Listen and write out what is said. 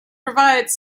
provides